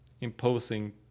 imposing